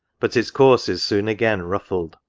but its course is soon again ruffled,